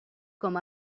com